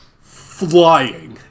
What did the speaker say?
flying